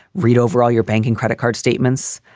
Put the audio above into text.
read overall your banking credit card statements.